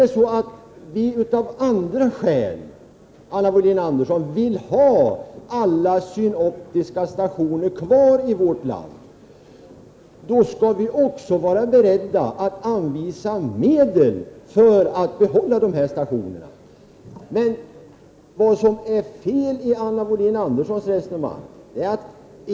Men om vi av andra skäl vill ha alla synoptiska stationer i vårt land kvar, skall vi också vara beredda att anvisa medel. Det är något som är fel i Anna Wohlin-Anderssons resonemang.